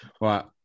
right